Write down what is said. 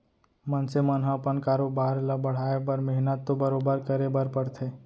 मनसे मन ह अपन कारोबार ल बढ़ाए बर मेहनत तो बरोबर करे बर परथे